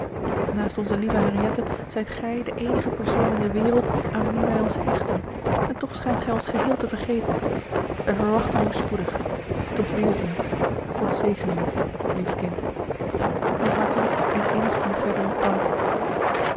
naast onze lieve henriëtte zijt gij de eenige persoon in de wereld aan wien wij ons hechten en toch schijnt gij ons geheel te vergeten wij verwachten u spoedig tot weêrziens god zegene u lief kind uwe hartelijk en innig liefhebbende tante